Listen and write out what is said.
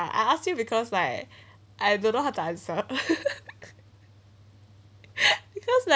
I I ask you because like I don't know how to answer because like